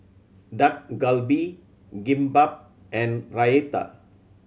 Dak Galbi Kimbap and Raita